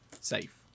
safe